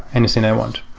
anything i want.